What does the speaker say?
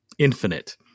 infinite